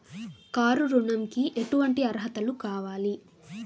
Car ఋణంకి ఎటువంటి అర్హతలు కావాలి?